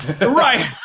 right